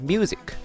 Music 。